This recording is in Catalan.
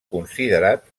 considerat